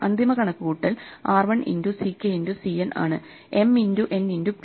അന്തിമ കണക്കുകൂട്ടൽ r 1 into ck into cn ആണ് m into n into p